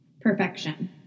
perfection